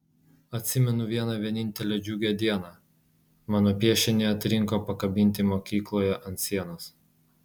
atsimenu vieną vienintelę džiugią dieną mano piešinį atrinko pakabinti mokykloje ant sienos